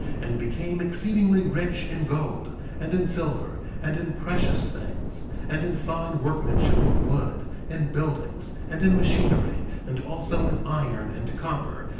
and became exceedingly rich in gold, and in silver, and in precious things, and in fine workmanship of wood, in buildings, and in machinery, and also in iron and copper,